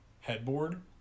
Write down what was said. headboard